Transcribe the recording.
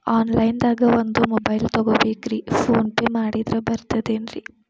Online ದಾಗ ಒಂದ್ mobile ತಗೋಬೇಕ್ರಿ ಫೋನ್ ಪೇ ಮಾಡಿದ್ರ ಬರ್ತಾದೇನ್ರಿ?